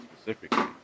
specifically